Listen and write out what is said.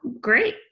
Great